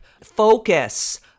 focus